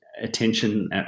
attention